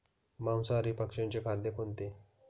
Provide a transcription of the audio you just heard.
मांसाहारी पक्ष्याचे खाद्य कोणते?